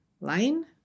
line